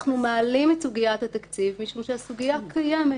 אנחנו מעלים את סוגיית התקציב משום שהסוגיה קיימת.